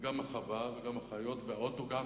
וגם החווה וגם החיות והאוטו גם כן.